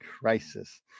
crisis